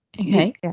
Okay